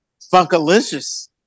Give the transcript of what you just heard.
Funkalicious